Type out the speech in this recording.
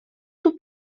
tub